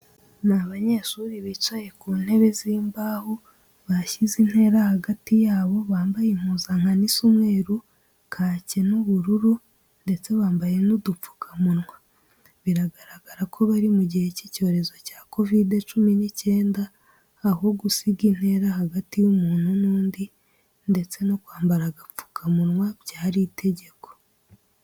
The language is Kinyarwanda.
Ni abanyeshuri bicaye ku ntebe z'imbaho bashyize intera hagati yabo, bambaye impuzankano isa umweru, kake n'ubururu ndetse bambaye n'udupfukamunwa. Biragaragara ko bari mu gihe cy'icyorezo cya Kovide cumi n'icyenda, aho gusiga intera hagati y'umuntu n'undi ndetse no kwambara agapfukamunwa byari itegeko.